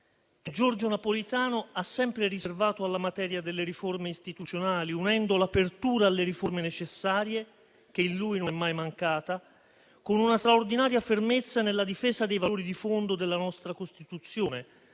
Giorgio Napolitano ha sempre riservato alla materia delle riforme istituzionali, unendo l'apertura alle riforme necessarie, che in lui non è mai mancata, con una straordinaria fermezza nella difesa dei valori di fondo della nostra Costituzione,